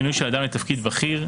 מינוי של אדם לתפקיד בכיר,